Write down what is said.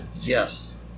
Yes